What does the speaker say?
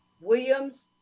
Williams